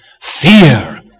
fear